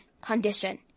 condition